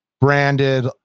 branded